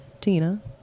Tina